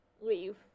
Leave